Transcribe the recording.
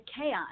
chaos